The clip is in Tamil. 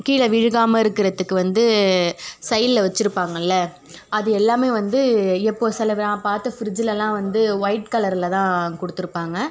கீழே விழுகாமல் இருக்கிறத்துக்கு வந்து சைடில் வச்சுருப்பாங்கள அது எல்லாமே வந்து இப்போது சில நான் பார்த்த ஃப்ரிட்ஜுயெலாம் வந்து ஒய்ட் கலரில் தான் கொடுத்துருப்பாங்க